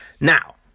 Now